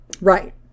Right